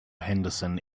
henderson